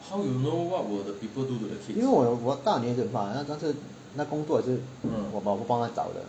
因为我我大女儿也是很怕那次工作也是我帮她找的